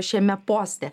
šiame poste